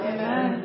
Amen